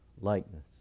likeness